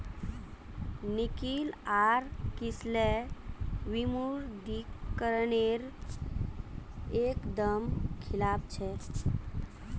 निकिल आर किसलय विमुद्रीकरण नेर एक दम खिलाफ छे